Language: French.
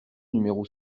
numéro